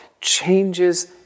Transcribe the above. changes